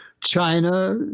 China